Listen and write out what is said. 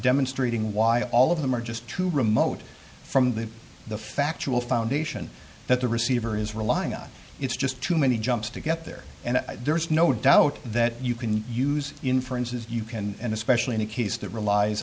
demonstrating why all of them are just too remote from the the factual foundation that the receiver is relying on it's just too many jumps to get there and there's no doubt that you can use inference as you can and especially in a case that relies